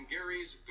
Gary's